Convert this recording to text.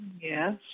Yes